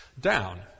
down